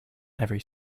every